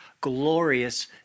glorious